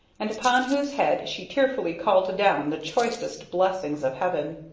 and upon whose head she tearfully called down the choicest blessings of heaven.